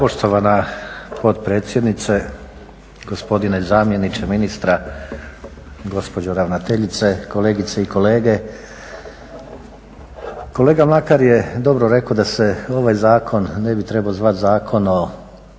Poštovana potpredsjednice, gospodine zamjeniče ministra, gospođo ravnateljice, kolegice i kolege. Kolega Mlakar je dobro rekao da se ovaj zakon ne bi trebao zvati Zakon o